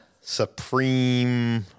Supreme